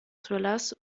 thrillers